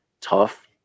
tough